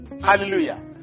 Hallelujah